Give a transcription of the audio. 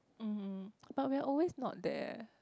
mm but we are always not there